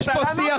יש כאן שיח.